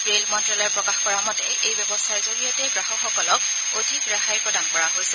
rail মন্ত্যালয়ে প্ৰকাশ কৰা মতে এই ব্যৱস্থাৰ জৰিয়তে গ্ৰাহকসকলক অধিক ৰেহাই প্ৰদান কৰা হৈছে